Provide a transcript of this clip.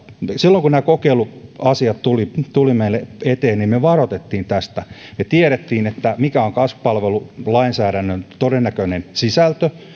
silloin kun nämä kokeiluasiat tulivat meille eteen niin me varoitimme tästä me tiesimme mikä on kasvupalvelulainsäädännön todennäköinen sisältö